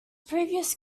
previous